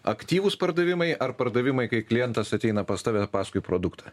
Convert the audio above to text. aktyvūs pardavimai ar pardavimai kai klientas ateina pas tave paskui produktą